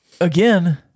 again